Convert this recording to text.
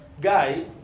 guy